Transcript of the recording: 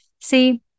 See